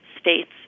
states